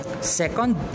Second